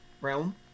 realm